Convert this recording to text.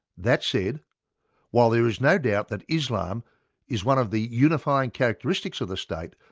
that said while there is no doubt that islam is one of the unifying characteristics of the state,